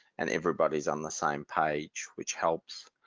and everybody's on the same page which helps.